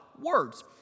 Words